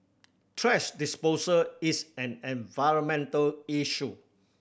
thrash disposal is an environmental issue